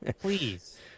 Please